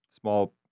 small